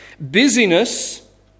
busyness